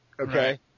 okay